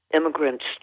immigrants